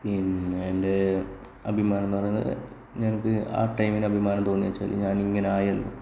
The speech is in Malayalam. പിന്നെ എൻറെ അഭിമാനം എന്നുപറയുന്നത് ഞങ്ങൾക്ക് ആ ടൈമിന് അഭിമാനം തോന്നിയതെന്ന് വെച്ചാല് ഞാൻ ഇങ്ങനയായത്